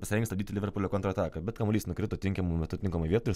pasirengęs stabdyti liverpulio kontrataką bet kamuolys nukrito tinkamu metu tinkamoj vietoj ir